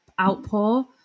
outpour